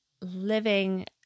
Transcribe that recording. living